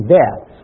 death